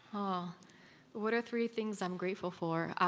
um ah what are three things i'm grateful for.